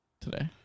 today